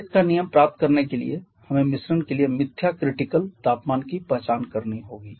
Kay's का नियम प्राप्त करने के लिए हमें मिश्रण के लिए मिथ्या क्रिटिकल तापमान की पहचान करनी होगी